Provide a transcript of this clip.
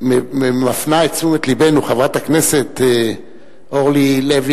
מפנה את תשומת לבנו חברת הכנסת אורלי לוי